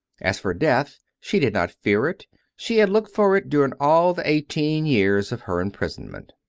as for death, she did not fear it she had looked for it during all the eighteen years of her imprisonment.